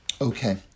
Okay